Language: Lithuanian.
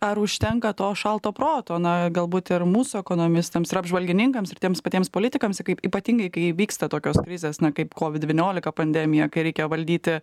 ar užtenka to šalto proto na galbūt ir mūsų ekonomistams ir apžvalgininkams ir tiems patiems politikams kaip ypatingai kai įvyksta tokios krizės na kaip kovid devyniolika pandemija kai reikėjo valdyti